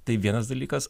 tai vienas dalykas